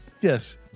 Yes